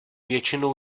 většinou